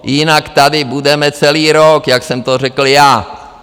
Jinak tady budeme celý rok, jak jsem to řekl já.